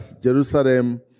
jerusalem